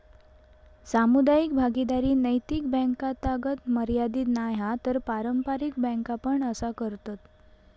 सामुदायिक भागीदारी नैतिक बॅन्कातागत मर्यादीत नाय हा तर पारंपारिक बॅन्का पण असा करतत